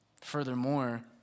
Furthermore